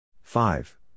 five